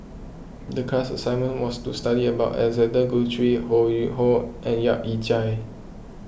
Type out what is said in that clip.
the class assignment was to study about Alexander Guthrie Ho Yuen Hoe and Yap Ee Chian